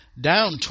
down